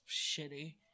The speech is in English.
shitty